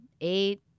eight